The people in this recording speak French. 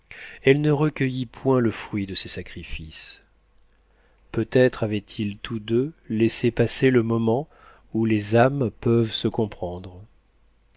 elle ne recueillit pas le fruit de ses sacrifices peut-être avaient-ils tous deux laissé passer le moment où les âmes peuvent se comprendre